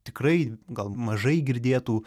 tikrai gal mažai girdėtų